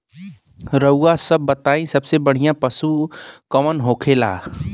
रउआ सभ बताई सबसे बढ़ियां पशु कवन होखेला?